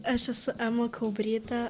aš esu ema kaubrytė